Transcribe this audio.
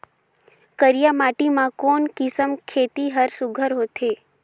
करिया माटी मा कोन किसम खेती हर सुघ्घर होथे?